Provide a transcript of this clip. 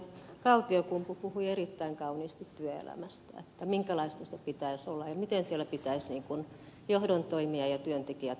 kaltiokumpu puhui erittäin kauniisti työelämästä minkälaista sen pitäisi olla ja miten siellä pitäisi johdon toimia ja työntekijät huomioida